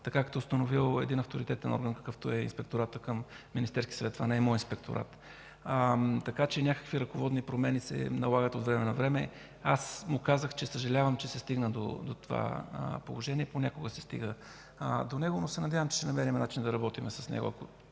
така както е установил един авторитетен орган, какъвто е Инспекторатът към Министерския съвет. Това не е моят Инспекторат. Така че някакви ръководни промени се налагат от време на време. Аз му казах, че съжалявам, че се стигна до това положение, понякога се стига до него. Но се надявам, че ще намерим начин да работим с него,